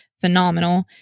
phenomenal